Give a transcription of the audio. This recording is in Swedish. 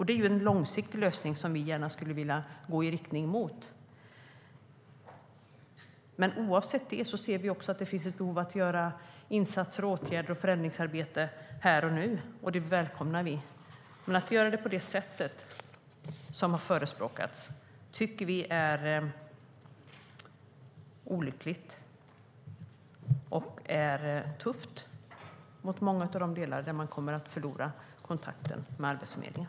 Det är en långsiktig lösning som vi gärna skulle vilja gå i riktning mot. Oavsett det ser vi att det finns ett behov av insatser, åtgärder och förändringsarbete här och nu, och det välkomnar vi. Men att göra det på det sätt som har förespråkats tycker vi är olyckligt, och det är tufft mot många delar som kommer att förlora kontakten med Arbetsförmedlingen.